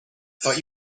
thought